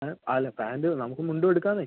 അല്ല പാന്റ് നമുക്ക് മുണ്ടും എടുക്കാമെന്നേ